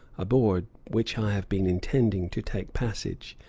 aboard which i have been intending to take passage,